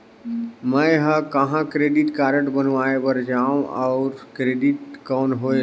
मैं ह कहाँ क्रेडिट कारड बनवाय बार जाओ? और क्रेडिट कौन होएल??